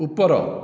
ଉପର